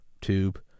tube